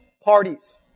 Parties